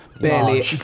barely